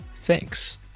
Thanks